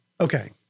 Okay